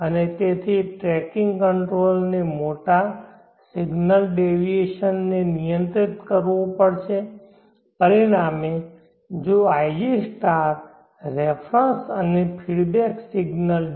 અને તેથી tracking controller ને મોટા સિગ્નલ ડેવિએશન ને નિયંત્રિત કરવો પડશે પરિણામે જો ig રેફરન્સ અને ફીડબેક સિગ્નલ ડી